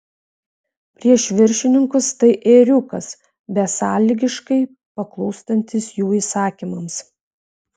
prieš viršininkus tai ėriukas besąlygiškai paklūstantis jų įsakymams